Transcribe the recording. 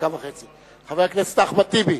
חבר הכנסת אחמד טיבי.